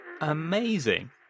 amazing